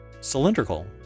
cylindrical